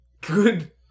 Good